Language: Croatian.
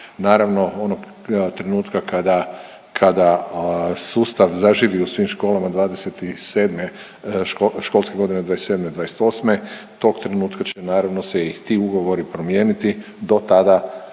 naravno onog trenutka kada, kada sustav zaživi u svim školama '27., školske godine '27/'28 tog trenutka će naravno se i ti ugovori promijeniti. Do tada